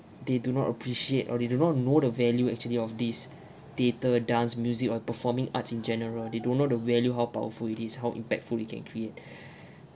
they do not appreciate or they do not know the value actually of this theatre dance music or performing arts in general they don't know the value how powerful it is how impactful it can create